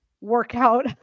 workout